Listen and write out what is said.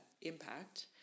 impact